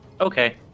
Okay